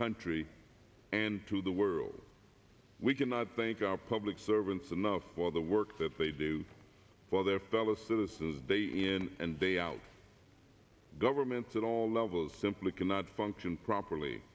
country and to the world we cannot thank our public servants enough for the work that they do for their fellow citizens day in and day out government at all levels simply cannot function properly